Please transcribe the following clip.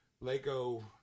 Lego